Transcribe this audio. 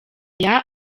aya